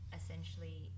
essentially